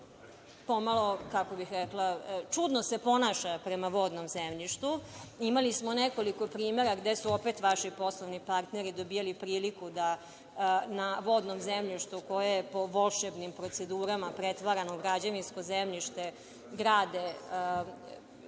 pokazala pomalo čudno prema vodnom zemljištu. Imali smo nekoliko primera gde su vaši poslovni partneri dobijali priliku da na vodnom zemljištu koje je po volšebnim procedurama pretvarano u građevinsko zemljište, grade